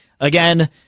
again